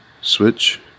Switch